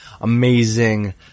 amazing